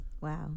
Wow